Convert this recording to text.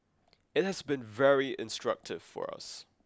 it has been very instructive for us